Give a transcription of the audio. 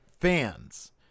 fans